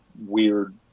weird